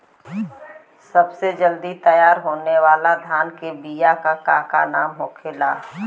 सबसे जल्दी तैयार होने वाला धान के बिया का का नाम होखेला?